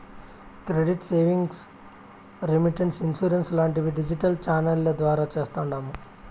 credit savings, remittance, insurance లాంటివి digital ఛానెల్ల ద్వారా చేస్తాండాము